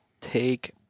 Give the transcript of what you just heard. take